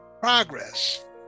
progress